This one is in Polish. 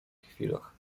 chwilach